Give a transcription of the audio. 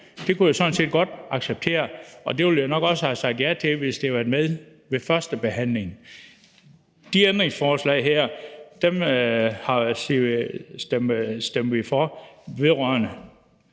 jeg sådan set godt acceptere, og det ville jeg nok også have sagt ja til, hvis det havde været med ved førstebehandlingen. Det ændringsforslag her, ændringsforslag nr.